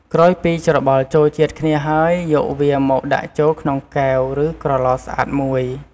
ក្រោយពីច្របល់ចូលជាតិគ្នាហើយ យកវាមកដាក់ចូលក្នុងកែវ ឬក្រទ្បស្អាតមួយ។